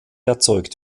erzeugt